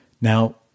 Now